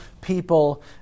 people